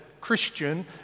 Christian